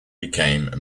became